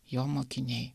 jo mokiniai